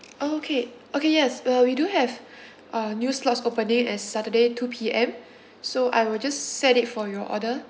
okay okay yes uh we do have uh new slots opening at saturday two P_M so I will just set it for your order